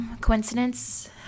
Coincidence